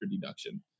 deduction